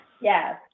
Yes